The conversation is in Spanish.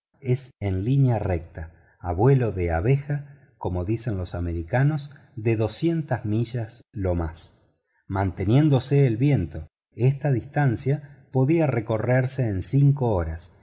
es en línea recta a vuelo de abeja como dicen los americanos de doscientas millas lo más manteniendose el viento esta distancia podía recorrerse en cinco horas